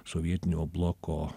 sovietinio bloko